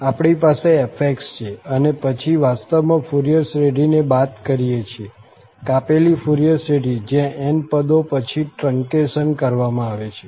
અમારી પાસે f છે અને પછી વાસ્તવમાં ફુરિયર શ્રેઢીને બાદ કરીએ છીએ કાપેલી ફુરિયર શ્રેઢી જ્યાં n પદો પછી ટ્રંકેશન કરવામાં આવે છે